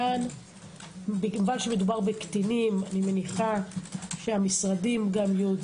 כיוון שמדובר בקטינים אני מניחה שהמשרדים מכוונים,